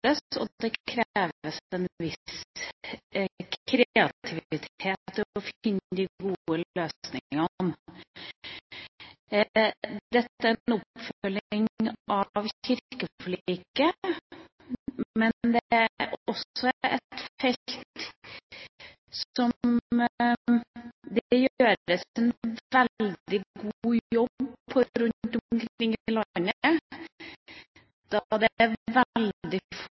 og det kreves en viss kreativitet for å finne de gode løsningene. Dette er en oppfølging av kirkeforliket. Det er et felt det gjøres en veldig god jobb på rundt omkring i landet, og det er veldig